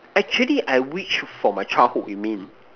actually I wish from my childhood you mean